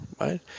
right